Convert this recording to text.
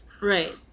Right